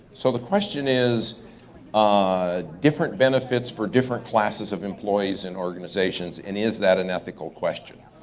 so the question is ah different benefits for different classes of employees in organizations. and is that an ethical question?